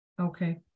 Okay